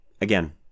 Again